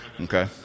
Okay